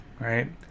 right